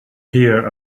hear